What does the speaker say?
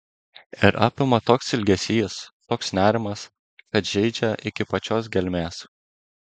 ir apima toks ilgesys toks nerimas kad žeidžia iki pačios gelmės